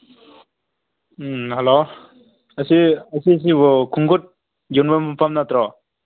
ꯎꯝ hello ꯑꯁꯤ ꯑꯁꯤꯁꯤꯕꯨ ꯈꯣꯡꯒꯨꯠ ꯌꯣꯟꯕ ꯃꯐꯝ ꯅꯠꯇ꯭ꯔꯣ